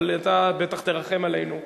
אבל אתה בטח תרחם עלינו,